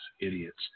Idiots